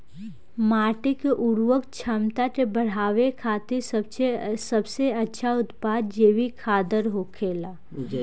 माटी के उर्वरक क्षमता के बड़ावे खातिर सबसे अच्छा उत्पाद जैविक खादर होखेला